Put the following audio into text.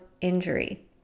injury